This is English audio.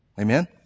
Amen